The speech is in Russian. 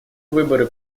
выборы